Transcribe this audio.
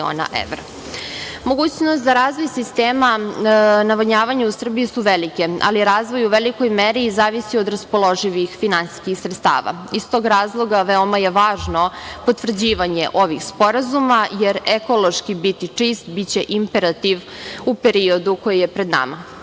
Mogućnost za razvoj sistema navodnjavanja u Srbiji su velike, ali razvoj je u velikoj meri i zavisi od raspoloživih finansijskih sredstava. Iz tog razloga veoma je važno potvrđivanje ovih sporazuma, jer ekološki biti čist biće imperativ u periodu koji je pred nama. Iz